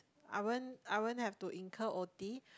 I won't I won't have to incur O_T